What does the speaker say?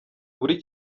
buri